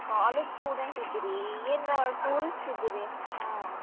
college student ಇದ್ದಿರೀ ಏನು tourist ಇದ್ದಿರಿ ಹಾಂ